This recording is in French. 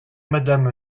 madame